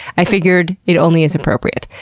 i figured it only is appropriate.